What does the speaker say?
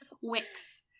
wicks